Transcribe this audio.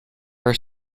her